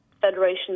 Federation